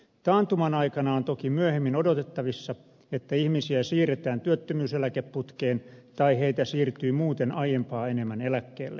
taantuman aikana on toki myöhemmin odotettavissa että ihmisiä siirretään työttömyyseläkeputkeen tai heitä siirtyy muuten aiempaa enemmän eläkkeelle